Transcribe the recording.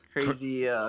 crazy